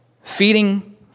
feeding